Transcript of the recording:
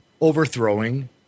overthrowing